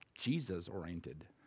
Jesus-oriented